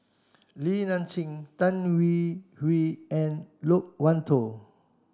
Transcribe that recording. Li Nanxing Tan Hwee Hwee and Loke Wan Tho